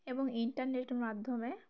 এবং ইন্টারনেটের মাধ্যমে